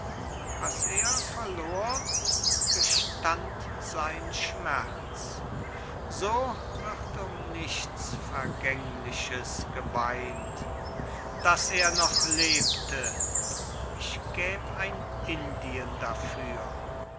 was er verlor gestand sein schmerz so wird um nichts vergängliches geweint daß er noch lebte ich gäb ein indien dafür